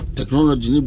technology